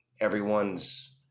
everyone's